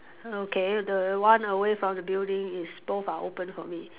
okay the one away from the building is both are open for me